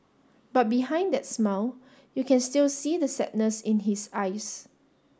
but behind that smile you can still see the sadness in his eyes